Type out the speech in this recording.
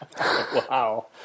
Wow